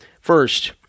First